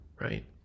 right